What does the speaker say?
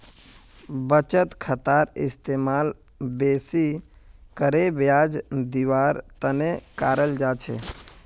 बचत खातार इस्तेमाल बेसि करे ब्याज दीवार तने कराल जा छे